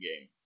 game